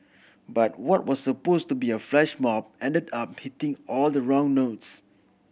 but what was supposed to be a flash mob ended up hitting all the wrong notes